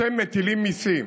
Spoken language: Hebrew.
אתם מטילים מיסים.